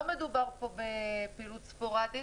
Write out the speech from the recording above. לא מדובר פה בפעילות ספורדית,